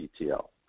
ETL